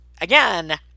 again